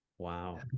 Wow